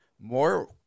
more